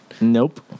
Nope